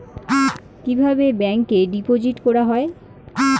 কিভাবে ব্যাংকে ডিপোজিট করা হয়?